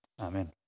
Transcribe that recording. Amen